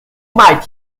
might